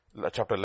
Chapter